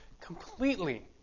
completely